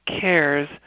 cares